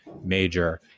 major